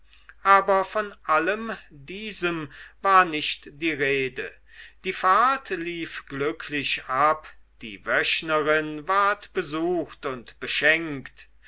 aber von allem diesem war nicht die rede die fahrt lief glücklich ab die wöchnerin ward besucht und beschenkt